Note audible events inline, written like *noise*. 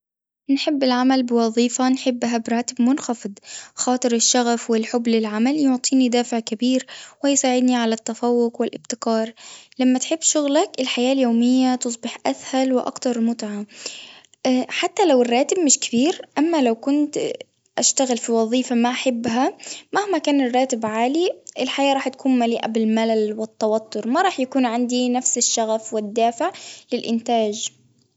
نحب العمل بوظيفة نحبها براتب منخفض خاطر الشغف والحب للعمل يمكنني دافع كبير ويساعدني على التفوق والابتكار، لما تحب شغلك الحياة اليومية تصبح أسهل وأكثر متعة *hesitation* حتى لو الراتب مش كبير أما لو كنت *hesitation* أشتغل في وظيفة ما أحبها مهما كان الراتب عالي الحياة راح تكون مليئة بالملل والتوتر ما راح يكون عندي نفس الشغف والدافع للإنتاج.